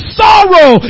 sorrow